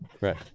Right